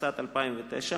התשס"ט 2009,